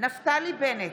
נפתלי בנט,